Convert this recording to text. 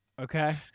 Okay